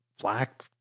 black